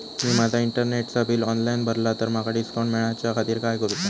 मी माजा इंटरनेटचा bill online भरला तर माका डिस्काउंट मिलाच्या खातीर काय करुचा?